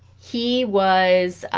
he was